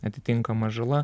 atitinkama žala